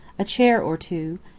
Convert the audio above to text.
a chair or two,